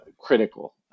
critical